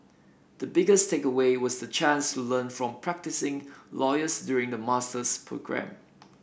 the biggest takeaway was the chance to learn from practising lawyers during the master's programme